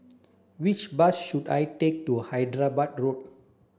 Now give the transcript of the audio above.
which bus should I take to Hyderabad Road